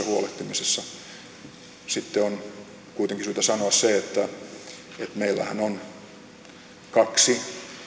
huolehtimisessa sitten on kuitenkin syytä sanoa se että meillähän on kaksi